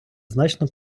значно